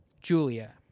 Julia